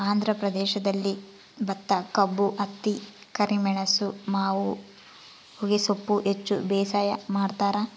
ಆಂಧ್ರ ಪ್ರದೇಶದಲ್ಲಿ ಭತ್ತಕಬ್ಬು ಹತ್ತಿ ಕರಿಮೆಣಸು ಮಾವು ಹೊಗೆಸೊಪ್ಪು ಹೆಚ್ಚು ಬೇಸಾಯ ಮಾಡ್ತಾರ